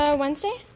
Wednesday